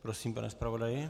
Prosím, pane zpravodaji.